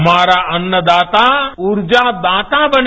हमारा अन्नदाता ऊर्जादाता बने